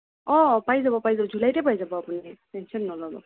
অঁ পাই যাব পাই যাব জুলাইতে পাই যাব আপুনি টেনশ্যণ নল'ব